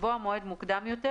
לקבוע מועד מוקדם יותר,